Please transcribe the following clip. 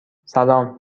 سلام